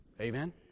Amen